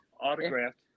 Autographed